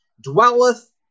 dwelleth